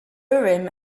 urim